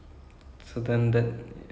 ya I think I don't